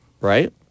Right